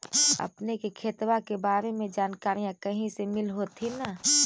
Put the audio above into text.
अपने के खेतबा के बारे मे जनकरीया कही से मिल होथिं न?